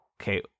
Okay